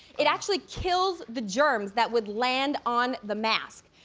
it actually kills the germs that would land on the mask.